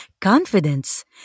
Confidence